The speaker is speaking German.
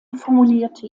formulierte